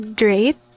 great